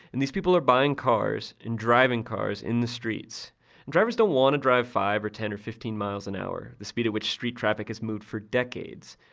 and these people are buying cars, and driving cars in the streets. and drivers don't want to drive five or ten or fifteen miles an hour, the speeds at which street traffic has moved for decades.